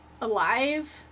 alive